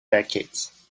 decades